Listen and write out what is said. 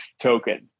token